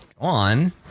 on